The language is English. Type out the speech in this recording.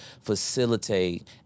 facilitate